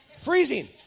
freezing